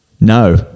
no